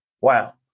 Wow